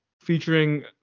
featuring